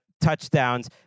touchdowns